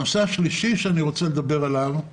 הנושא השלישי שאני רוצה לדבר עליו הוא